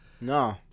No